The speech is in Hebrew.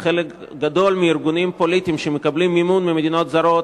וחלק גדול מהארגונים פוליטיים שמקבלים מימון ממדינות זרות